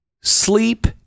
Sleep